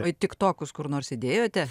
o į tik tokus kur nors įdėjote